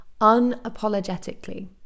unapologetically